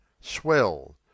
swell